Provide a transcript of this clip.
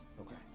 Okay